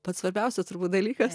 pats svarbiausias dalykas